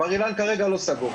בר אילן כרגע לא סגור.